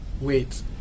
wait